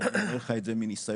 ואני אומר לך את זה מניסיון,